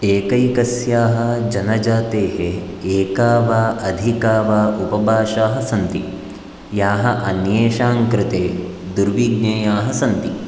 एकैकस्याः जनजातेः एका वा अधिका वा उपभाषाः सन्ति याः अन्येषां कृते दुर्विज्ञेयाः सन्ति